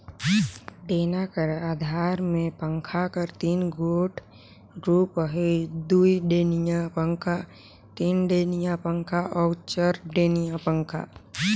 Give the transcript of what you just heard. डेना कर अधार मे पंखा कर तीन गोट रूप अहे दुईडेनिया पखा, तीनडेनिया पखा अउ चरडेनिया पखा